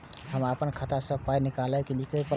हम आपन खाता स पाय निकालब की करे परतै?